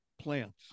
plants